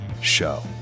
show